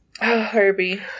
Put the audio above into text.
Herbie